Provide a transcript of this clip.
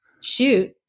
shoot